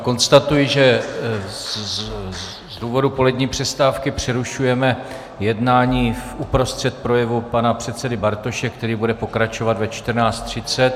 Konstatuji, že z důvodu polední přestávky přerušujeme jednání uprostřed projevu pana předsedy Bartoše, který bude pokračovat ve 14.30.